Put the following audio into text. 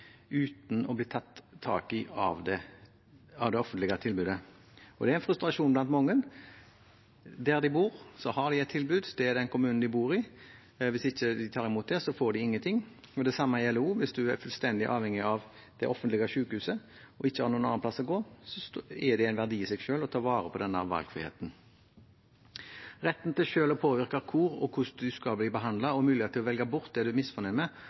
uten å ha blitt tatt tak i av det offentlige tilbudet. Og det er en frustrasjon blant mange. Der de bor, har de et tilbud, det er den kommunen de bor i. Hvis de ikke tar imot det, får de ingenting. Det samme gjelder også hvis en er fullstendig avhengig av det offentlige sykehuset og ikke har noe annet sted å gå. Da er det en verdi i seg selv å ta vare på den valgfriheten. Retten til selv å påvirke hvor og hvordan en skal bli behandlet, og muligheten til å velge bort det en er